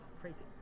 crazy